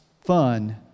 fun